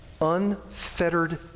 unfettered